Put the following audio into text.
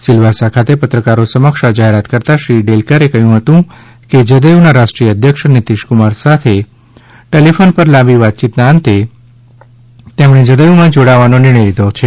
સિલવાસા ખાતે પત્રકારો સમક્ષ આ જાહેરાત કરતાં શ્રી ડેલકરે કહ્યું હતું કે જદયુ ના રાષ્ટ્રીય અધ્યક્ષ નિતિશ કુમાર સાથે ટેલિફોન પર લાંબી વાતયીતના અંતે તેમણે જદયુમાં જોડાવાનો નિર્ણય લીધો છે